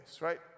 right